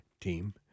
team